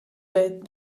bit